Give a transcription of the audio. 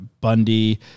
Bundy